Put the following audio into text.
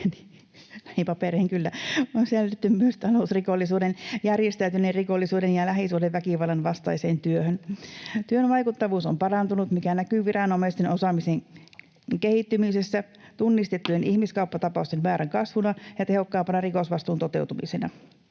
kyllä. — talousrikollisuuden, järjestäytyneen rikollisuuden ja lähisuhdeväkivallan vastaiseen työhön. Työn vaikuttavuus on parantunut, mikä näkyy viranomaisten osaamisen kehittymisessä, tunnistettujen ihmiskauppatapausten määrän kasvuna ja tehokkaampana rikosvastuun toteutumisena.